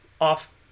off